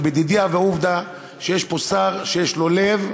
כי בדידי הווה עובדא שיש פה שר שיש לו לב,